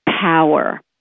power